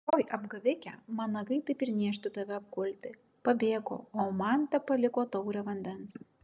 oi apgavike man nagai taip ir niežti tave apkulti pabėgo o man tepaliko taurę vandens